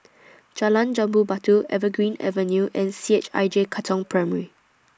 Jalan Jambu Batu Evergreen Avenue and C H I J Katong Primary